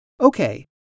Okay